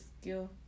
skill